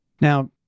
Now